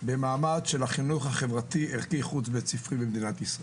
במעמד החינוך החברתי ערכי חוץ-בית ספרי במדינת ישראל.